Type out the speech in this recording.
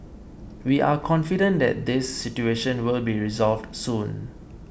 we are confident that this situation will be resolved soon